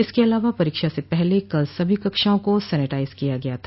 इसके अलावा परीक्षा से पहले कल सभी कक्षाओं को सेनिटाइज किया गया था